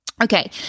Okay